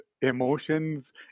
emotions